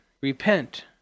Repent